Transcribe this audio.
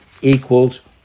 equals